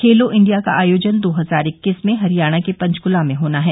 खेलो India का आयोजन दो हजार इक्कीस में हरियाणा के पंचकूला में होना है